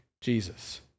Jesus